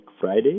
Friday